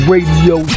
Radio